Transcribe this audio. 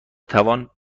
توان